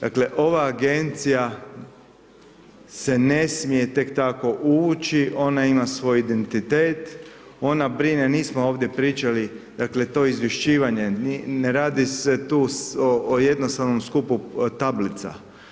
Dakle ova agencija se ne smije tek tako uvući, ona ima svoj identitet, ona brine, nismo ovdje pričali, dakle to izvješćivanje, ne radi se tu o jednostavnom skupu tablica.